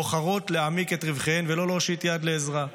בוחרות להעמיק את רווחיהן ולא להושיט יד לעזרה.